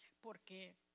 Porque